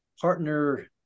partner